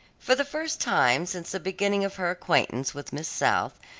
for the first time since the beginning of her acquaintance with miss south,